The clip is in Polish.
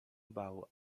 bał